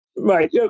Right